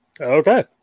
Okay